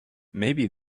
maybe